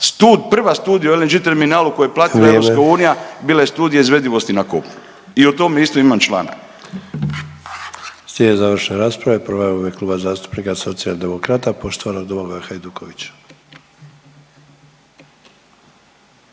prva studija o LNG terminalu koju je platila …/Upadica: Vrijeme./… bila je studija izvedivosti na kopunu i o tome isto imam članak.